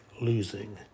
losing